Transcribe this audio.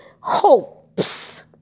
hopes